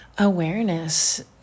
Awareness